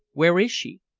where is she?